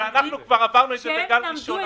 אנחנו כבר עברנו את זה בגל הראשון.